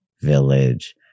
village